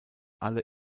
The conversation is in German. alle